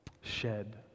shed